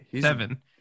seven